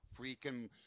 freaking